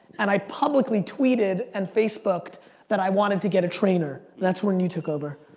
and i publicly tweeted and facebooked that i wanted to get a trainer that's when you took over.